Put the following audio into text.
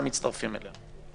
משפט המשפטים סבור